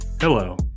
Hello